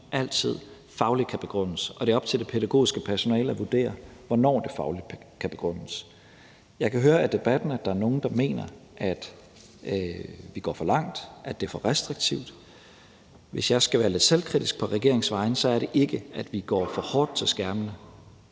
altid kan begrundes fagligt, og det er op til det pædagogiske personale at vurdere, hvornår det fagligt kan begrundes. Jeg kan høre på debatten, at der er nogle, der mener, at vi går for langt, og at det er for restriktivt. Hvis jeg skal være lidt selvkritisk på regeringens vegne, vil jeg sige, at det ikke handler om, at vi går for hårdt til skærmene.